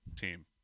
team